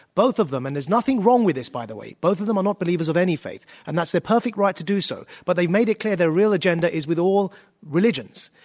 both of them and there's nothing wrong with this, by the way both of them are not believers of any faith, and that's their perfect right to do so, but they've made it clear their real agenda is with all religions.